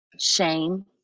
Shame